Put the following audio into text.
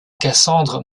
cassandre